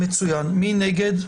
מי נגד?